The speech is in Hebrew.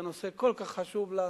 שהנושא כל כך חשוב לה,